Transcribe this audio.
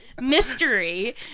mystery